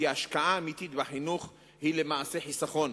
כי השקעה אמיתית בחינוך היא למעשה חיסכון.